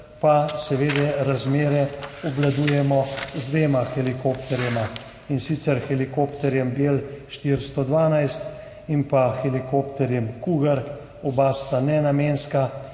pa razmere obvladujemo z dvema helikopterjema, in sicer helikopterjem Bell 412 in helikopterjem Cougar. Oba sta nenamenska,